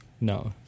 No